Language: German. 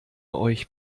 euch